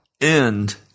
end